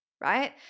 right